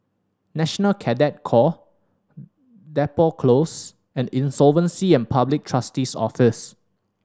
National Cadet Corps Depot Close and Insolvency and Public Trustee's Office